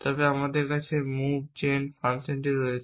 তবে আমাদের কাছে মুভ জেন ফাংশন রয়েছে